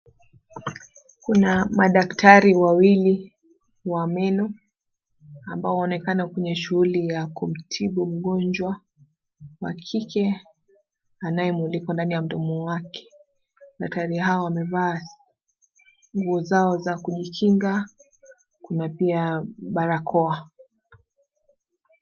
Kuna madaktari wawili wa meno ambao wanaonekana kwenye shughuli ya kumtibu mgonjwa wa kike anayemulikwa ndani ya mdomo wake. Daktari hao wamevaa nguo zao za kujikinga kuna pia barakoa.